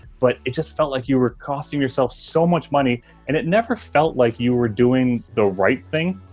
but it just felt like you were costing yourself so much money and it never felt like you were doing the right thing.